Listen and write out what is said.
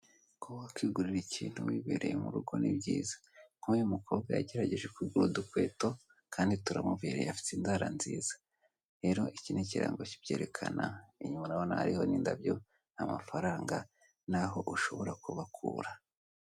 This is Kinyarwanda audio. Kuba wakwigurira ikintu wibereye mu rugo ni byiza, nk'uyu mukobwa yageregeje kugura udukweto kandi turamubereye afite inzara nziza rero iki ni ikirango kibyerekana, inyuma urabona hariho n'indabyo n'amafaranga n'aho ushobora kubakura.